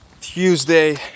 Tuesday